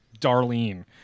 darlene